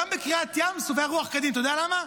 בקריעת ים סוף הייתה רוח קדים, אתה יודע למה?